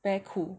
白哭